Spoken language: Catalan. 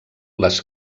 les